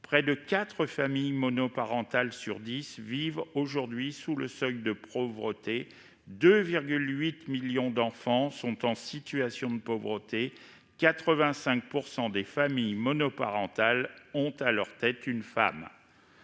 Près de quatre familles monoparentales sur dix vivent sous le seuil de pauvreté et plus de 2,8 millions d'enfants sont en situation de pauvreté ; 85 % des familles monoparentales ont à leur tête une femme.